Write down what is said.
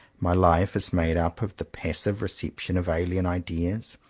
my life is made up of the passive reception of alien ideas,